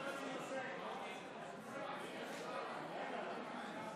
תוצאות ההצבעה על הצעת חוק הספורט של חברת הכנסת השכל: